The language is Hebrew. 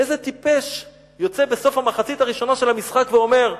איזה טיפש יוצא בסוף המחצית הראשונה של המשחק ואומר: